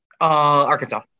Arkansas